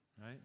right